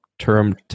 Term